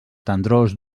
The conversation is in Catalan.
tendrors